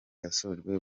yasojwe